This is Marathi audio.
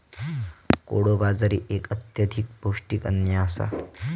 कोडो बाजरी एक अत्यधिक पौष्टिक अन्न आसा